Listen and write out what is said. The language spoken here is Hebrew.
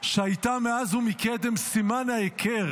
שמאז ומקדם הייתה סימן ההיכר